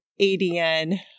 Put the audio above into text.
ADN